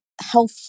health